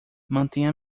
mantenha